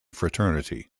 fraternity